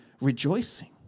rejoicing